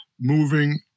moving